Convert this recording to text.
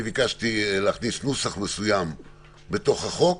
ביקשתי להכניס נוסח מסוים בחוק,